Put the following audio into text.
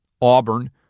Auburn